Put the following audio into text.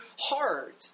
heart